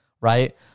right